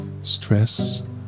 stress